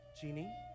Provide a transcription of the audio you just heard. genie